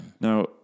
Now